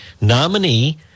nominee